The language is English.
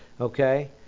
Okay